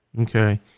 Okay